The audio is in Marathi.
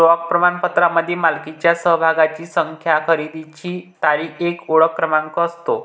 स्टॉक प्रमाणपत्रामध्ये मालकीच्या समभागांची संख्या, खरेदीची तारीख, एक ओळख क्रमांक असतो